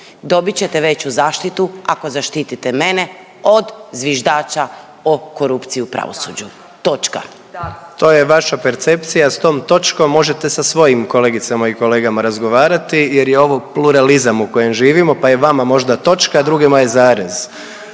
Dobit ćete veću zaštitu ako zaštite mene od zviždača o korupciji u pravosuđu, točka. **Jandroković, Gordan (HDZ)** To je vaša percepcija, s tom točkom možete sa svojim kolegicama i kolegama razgovarati jer je ovo pluralizam u kojem živimo pa je vama možda točka, a drugima je zarez,